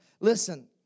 Listen